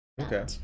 okay